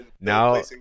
Now –